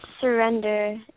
Surrender